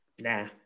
nah